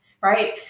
right